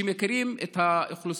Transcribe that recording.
שבוודאי מכירים את האוכלוסייה